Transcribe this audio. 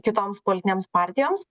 kitoms politinėms partijoms